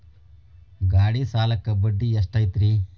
ಗಾಡಿ ಸಾಲಕ್ಕ ಬಡ್ಡಿ ಎಷ್ಟೈತ್ರಿ?